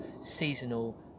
seasonal